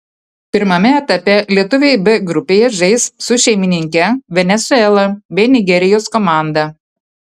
pirmame etape lietuviai b grupėje žais su šeimininke venesuela bei nigerijos komanda